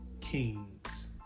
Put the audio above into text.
kings